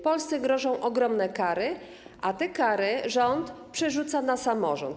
Polsce grożą ogromne kary, a te kary rząd przerzuca na samorząd.